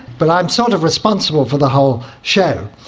but i'm sort of responsible for the whole show.